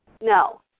No